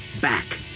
back